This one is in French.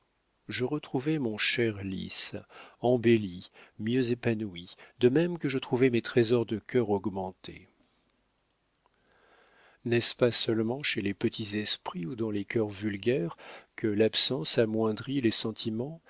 je retrouvai mon cher lys embelli mieux épanoui de même que je trouvai mes trésors de cœur augmentés n'est-ce pas seulement chez les petits esprits ou dans les cœurs vulgaires que l'absence amoindrit les sentiments